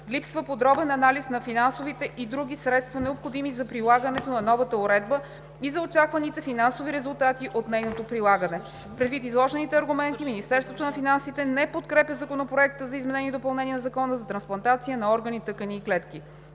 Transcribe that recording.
липсва подробен анализ на финансовите и други средства, необходими за прилагането на новата уредба, и за очакваните финансови резултати от нейното прилагане. Предвид изложените аргументи Министерството на финансите не подкрепя Законопроекта за изменение и допълнение на Закона за трансплантация на органи, тъкани и клетки.